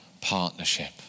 partnership